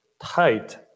tight